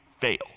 fail